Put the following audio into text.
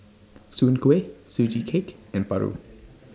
Soon Kuih Sugee Cake and Paru